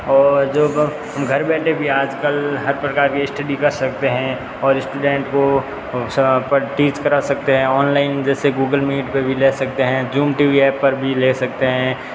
और जो घर बैठे भी आज कल हर प्रकार की स्टडी कर सकते हैं और स्टूडेंट को परटीज करा सकते हैं ऑनलाइन जैसे गूगल मीट पर भी ले सकते हैं जूम टी वी ऐप पर भी ले सकते हैं